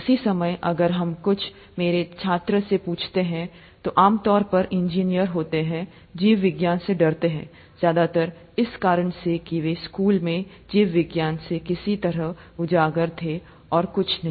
उसी समय अगर तुम मेरे छात्र से पूछते हो जो आम तौर पर इंजीनियर होते हैं जीव विज्ञान से डरते है ज्यादातर इस कारण से कि वे स्कूल में जीव विज्ञान से किस तरह उजागर थे और कुछ नहीं